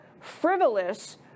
frivolous